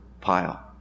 pile